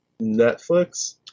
Netflix